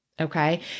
Okay